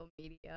media